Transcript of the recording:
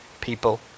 people